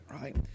right